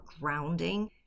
grounding